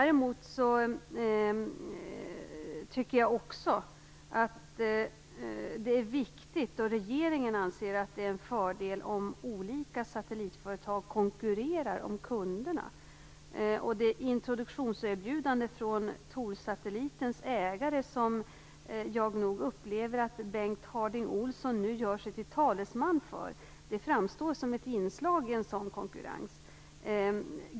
Regeringen anser att det är viktigt och en fördel om olika satellitföretag konkurrerar om kunderna. Introduktionserbjudandet från Thorsatellitens ägare, som jag upplever att Bengt Harding Olson gör sig till talesman för, framstår som ett inslag i en sådan konkurrens.